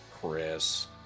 Chris